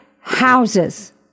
houses